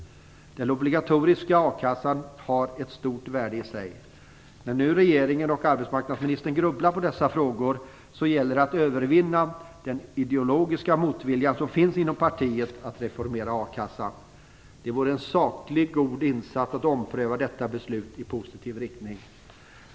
Den obligatoriska a-kassan har ett stort värde i sig. När nu regeringen och arbetsmarknadsministern grubblar på dessa frågor gäller det att övervinna den ideologiska motvilja som finns inom partiet mot att reformera a-kassan. Det vore en saklig, god insats att ompröva detta beslut i positiv riktning.